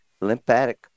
lymphatic